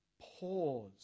pause